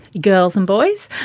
girls and boys,